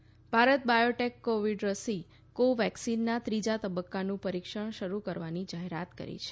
ત Bharat Biotech COVID રસી કો વેક્સિનના ત્રીજા તબક્કાનું પરીક્ષણ શરૂ કરવાની જાહેરાત કરી છે